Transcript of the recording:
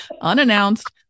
unannounced